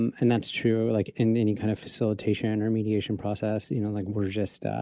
um and that's true, like in any kind of facilitation or mediation process, you know, like, we're just,